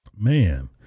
man